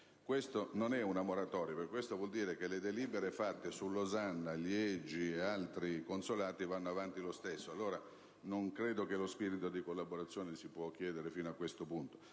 Questa non è una moratoria, perché ciò significa che le delibere assunte su Losanna, Liegi ed altri consolati vanno avanti lo stesso. Non credo che lo spirito di collaborazione si possa chiedere fino a questo punto.